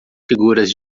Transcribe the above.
figuras